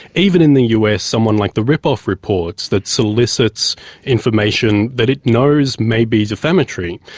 even in the us someone like the ripoff report that solicits information that it knows may be defamatory,